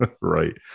right